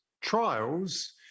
trials